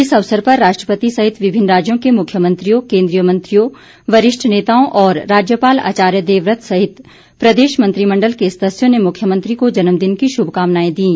इस अवसर पर राष्ट्रपति सहित विभिन्न राज्यों के मुख्यमंत्रियों केन्द्रीय मंत्रियों वरिष्ठ नेताओं और राज्यपाल आचार्य देवव्रत सहित प्रदेश मंत्रिमण्उल के सदस्यों ने मुख्यमंत्री को जन्मदिन की शुभकामनाएं दीं